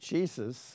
Jesus